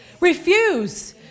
Refuse